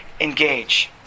engage